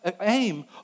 aim